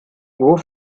nur